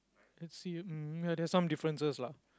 let's see mm ya there's some differences lah